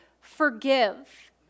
forgive